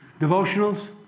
devotionals